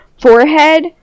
forehead